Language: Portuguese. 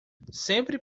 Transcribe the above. sempre